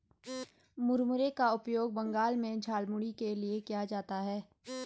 मुरमुरे का उपयोग बंगाल में झालमुड़ी के लिए किया जाता है